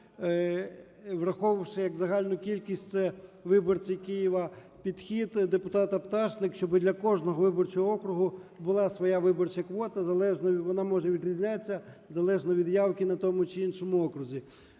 врахувавши як загальну кількість, це виборці Києва. Підхід депутата Пташник: щоби для кожного виборчого округу була своя виборча квота залежною, вона може відрізняться залежно від явки на тому чи іншому окрузі.